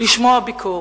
לשמוע ביקורת.